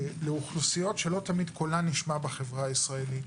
לאוכלוסיות שלא תמיד קולן נשמע בחברה הישראלית.